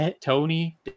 Tony